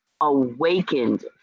awakened